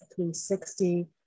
360